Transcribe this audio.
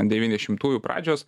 devyniasdešimtųjų pradžios